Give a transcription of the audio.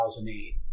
2008